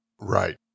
Right